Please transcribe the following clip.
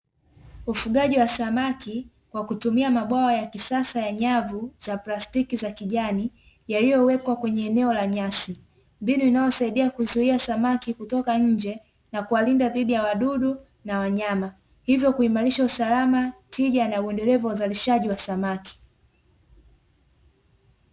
Ufugaji wa samaki kwa kutumia mabwawa ya kisasa ya nyavu za plastiki za kijani yaliyowekwa kwenye eneo ya nyasi. Mbinu inayosaidia kuzuia samaki kutoka nje na kuwalinda dhidi ya wadudu na wanyama, hivyo kuimarisha usalama, tija na uendelevu wa uzalishaji wa samaki.